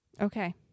okay